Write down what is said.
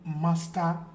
master